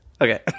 Okay